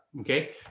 okay